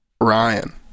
Ryan